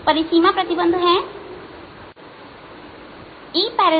परिसीमा प्रतिबंध है E